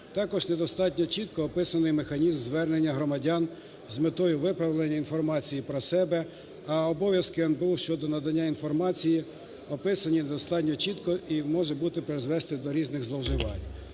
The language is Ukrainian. Також недостатньо чітко описаний механізм звернення громадян з метою виправлення інформації про себе, а обов'язки НБУ щодо надання інформації описані достатньо чітко і може призвести до різних зловживань.